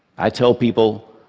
i tell people,